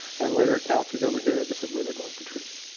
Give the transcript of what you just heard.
and later accounts, he's over here, this is where they're going for trees.